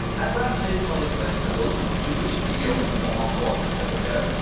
at last day's publick festival, to which the yeomen from all quarters had repair'd.